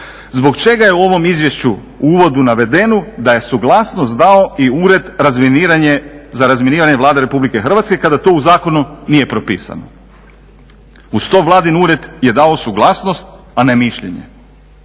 Zbog čega je u ovom izvješću u uvodu navedeno da je suglasnost dao i Ured za razminiranje Vlade Republike Hrvatske kada to u zakonu nije propisano. Uz to, vladin ured je dao suglasnost a ne mišljenje.